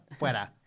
Fuera